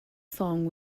song